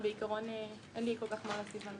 הוא סיפור של צמצום אי-השוויון בין